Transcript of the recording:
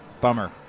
bummer